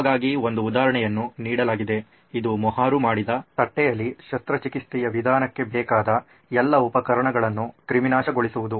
ನಿಮಗಾಗಿ ಒಂದು ಉದಾಹರಣೆಯನ್ನು ನೀಡಲಾಗಿದೆ ಇದು ಮೊಹರು ಮಾಡಿದ ತಟ್ಟೆಯಲ್ಲಿ ಶಸ್ತ್ರಚಿಕಿತ್ಸೆಯ ವಿಧಾನಕ್ಕೆ ಬೇಕಾದ ಎಲ್ಲಾ ಉಪಕರಣಗಳನ್ನು ಕ್ರಿಮಿನಾಶಗೊಳಿಸುವುದು